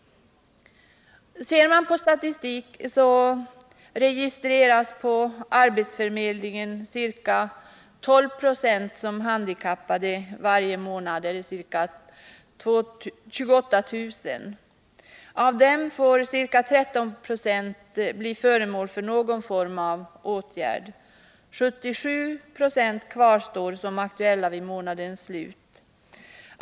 Ser man på statistik finner man att av de arbetssökande på arbetsförmedlingarna registreras ca 12 Jo som arbetshandikappade varje månad, dvs. ca 28 000. Av dem blir ca 13 90 föremål för någon form av åtgärd. Ca 77 Yo kvarstår som aktuella vid månadens slut.